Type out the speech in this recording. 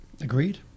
Agreed